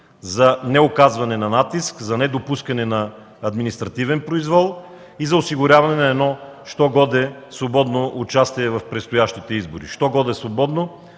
за неоказване на натиск, за недопускане на административен произвол и за осигуряване на едно що-годе свободно участие в предстоящите избори. Що-годе свободно,